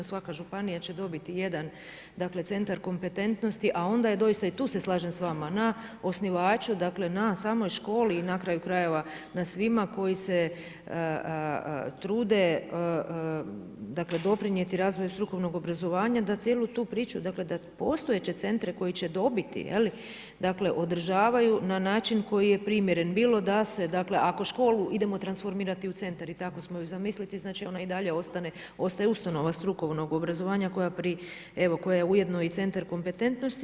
Svaka županija će dobiti jedan centar kompetentnosti, a onda je doista i tu se slažem s vama na osnivaču, na samoj školi i na kraju krajeva na svima koji se trude doprinijeti razvoju strukovnog obrazovanja da cijelu tu priču, dakle da postojeće centre koje će dobiti održavaju na način koji je primjeren, bilo da se ako školu idemo transformirati u centar i tako smo je zamislili, znači ona i dalje ostaje ustanova strukovnog obrazovanja koja je ujedno i centar kompetentnosti.